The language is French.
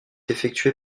effectuée